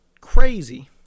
crazy